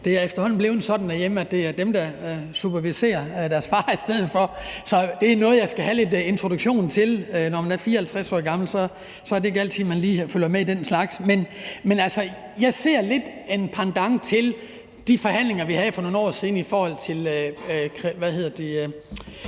Det er efterhånden blevet sådan derhjemme, at det er dem, der superviserer deres far i stedet for. Så det er noget, jeg skal have lidt introduktion til. Når man er 54 år gammel, er det ikke altid, man lige følger med i den slags. Men jeg ser lidt en pendant til de forhandlinger, vi havde for nogle år siden i forhold til